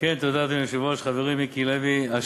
אדוני היושב-ראש, תודה, חברי מיקי לוי, 1